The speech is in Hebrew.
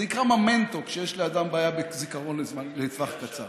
זה נקרא "ממנטו" כשיש לאדם בעיה בזיכרון לטווח קצר.